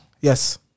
Yes